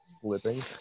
slipping